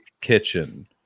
Kitchen